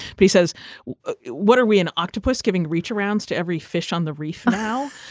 but he says well what are we an octopus giving reach arounds to every fish on the reef now.